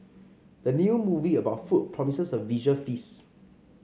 the new movie about food promises a visual feast